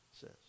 says